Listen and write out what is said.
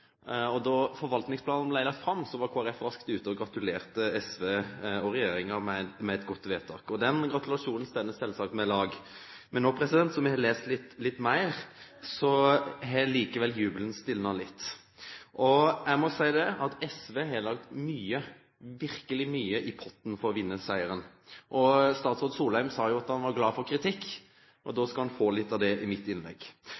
dag. Da forvaltningsplanen ble lagt fram, var Kristelig Folkeparti raskt ute og gratulerte SV og regjeringen med et godt vedtak. Den gratulasjonen står selvsagt ved lag. Men nå som vi har lest litt mer, har jubelen stilnet litt. Og jeg må si at SV har lagt mye – virkelig mye – i potten for å vinne seieren. Statsråd Solheim sa at han var glad for kritikk, og da skal han få litt av det i mitt innlegg.